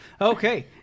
Okay